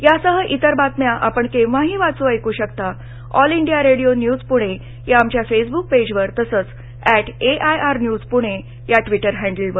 यासह इतर बातम्या आपण केव्हाही वाचू ऐकू शकता all India radio news Pune या आमच्या फेसब्क पेजवर तसंच at A I R news Pune या ट्विटर हॅडलवर